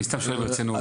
אני סתם שואל ברצינות,